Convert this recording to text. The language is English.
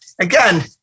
again